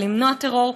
ולמנוע טרור,